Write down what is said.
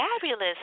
fabulous